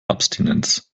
abstinenz